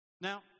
Now